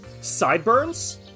Sideburns